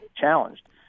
challenged